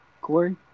Corey